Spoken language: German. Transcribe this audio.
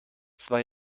zwei